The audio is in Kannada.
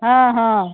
ಹಾಂ ಹಾಂ